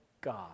God